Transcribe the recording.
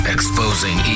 Exposing